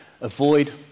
avoid